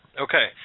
Okay